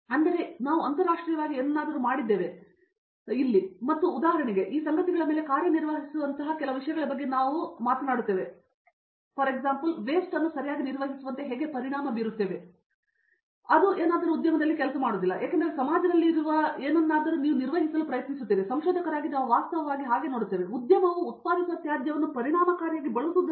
ಆದರೆ ಇಲ್ಲಿ ನಾವು ಅಂತರರಾಷ್ಟ್ರೀಯವಾಗಿ ಏನನ್ನಾದರೂ ಮಾಡಿದ್ದೇವೆ ಮತ್ತು ಹೇಗೆ ಉದಾಹರಣೆಗೆ ಈ ಸಂಗತಿಗಳ ಮೇಲೆ ಕಾರ್ಯನಿರ್ವಹಿಸುವಂತಹ ಕೆಲವು ವಿಷಯಗಳ ಬಗ್ಗೆ ನಾವು ಹೇಗೆ ಕಾರ್ಯನಿರ್ವಹಿಸುತ್ತೇವೆ ಉದಾಹರಣೆಗೆ ನೀವು ವೇಸ್ಟ್ ಅನ್ನು ಸರಿಯಾಗಿ ನಿರ್ವಹಿಸುವಂತೆ ಹೇಗೆ ಪರಿಣಾಮ ಬೀರುತ್ತೇವೆ ಅದು ಏನಾದರೂ ಉದ್ಯಮವು ಕೆಲಸ ಮಾಡುವುದಿಲ್ಲ ಏಕೆಂದರೆ ಸಮಾಜದಲ್ಲಿ ಇರುವ ಯಾವುದನ್ನು ನೀವು ಹೇಗೆ ನಿರ್ವಹಿಸುತ್ತೀರಿ ಮತ್ತು ಸಂಶೋಧಕರಾಗಿ ನಾವು ವಾಸ್ತವವಾಗಿ ಹೇಗೆ ನೋಡುತ್ತೇವೆ ಉದ್ಯಮವು ಉತ್ಪಾದಿಸುವ ತ್ಯಾಜ್ಯವನ್ನು ಪರಿಣಾಮಕಾರಿಯಾಗಿ ಬಳಸುತ್ತೇವೆ